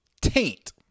Taint